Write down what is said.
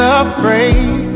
afraid